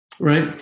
right